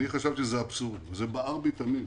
אני חשבתי שזה אבסורד וזה בער בי תמיד.